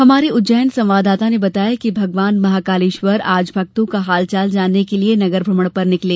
हमारे उज्जैन संवाददाता ने बताया है कि भगवान महाकालेश्वर आज भक्तों का हालचाल जानने के लिये नगरभ्रमण पर निकले